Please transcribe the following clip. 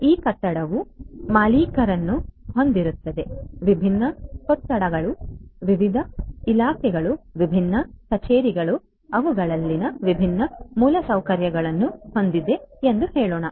ಈ ಕಟ್ಟಡವು ಮಾಲೀಕರನ್ನು ಹೊಂದಿರುತ್ತದೆ ವಿಭಿನ್ನ ಕೊಠಡಿಗಳು ವಿವಿಧ ಇಲಾಖೆಗಳು ವಿಭಿನ್ನ ಕಚೇರಿಗಳು ಅವುಗಳಲ್ಲಿ ವಿಭಿನ್ನ ಮೂಲಸೌಕರ್ಯಗಳನ್ನು ಹೊಂದಿದೆ ಎಂದು ಹೇಳೋಣ